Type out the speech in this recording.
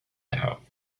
out